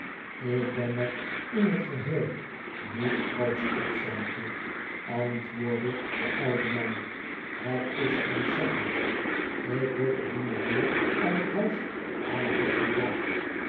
ik ben er in het geheel niet grootsch op sampje antwoordde de oude man het is ontzettend ik word op die manier uit huis en hof